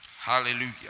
Hallelujah